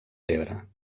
pedra